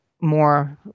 more